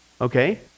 okay